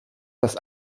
das